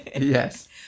Yes